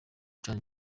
cane